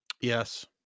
Yes